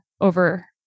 over